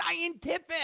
scientific